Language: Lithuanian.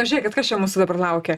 žiūrėkit kas čia mūsų dabar laukia